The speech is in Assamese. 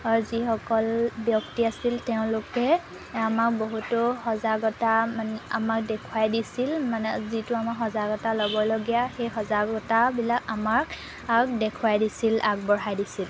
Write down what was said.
যিসকল ব্যক্তি আছিল তেওঁলোকে আমাক বহুতো সজাগতা মানে আমাক দেখুৱাই দিছিল মানে যিটো আমাক সজাগতা ল'বলগীয়া সেই সজাগতাবিলাক আমাক দেখুৱাই দিছিল আগবঢ়াই দিছিল